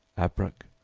abrac,